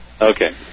Okay